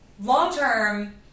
Long-term